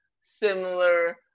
similar